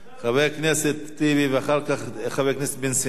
חבר הכנסת טיבי, ואחר כך, חבר הכנסת בן-סימון.